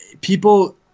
People